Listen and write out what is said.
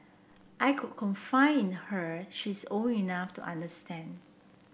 I could confide in her she is old enough to understand